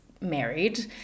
married